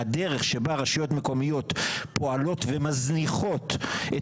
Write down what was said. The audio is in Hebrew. הדרך שבה רשויות מקומיות פועלות ומניחות את